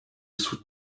sous